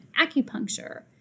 acupuncture